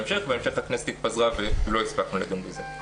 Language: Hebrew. בהמשך הכנסת התפזרה ולא הספקנו לדון בזה.